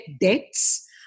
debts